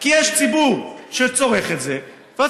כי יש ציבור שצורך את זה והציבור,